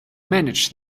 manage